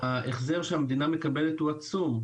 החזר שהמדינה מקבלת הוא עצום.